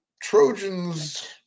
Trojans